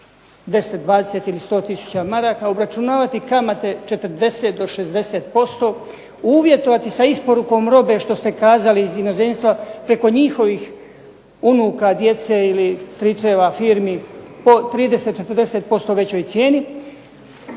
10, 20 ili 100 tisuća maraka obračunavati kamate 40 do 60%, uvjetovati sa isporukom robe što ste kazali iz inozemstva preko njihovih unuka, djece ili stričeva firmi po 30, 40% većoj cijeni,